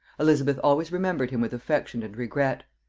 elizabeth always remembered him with affection and regret.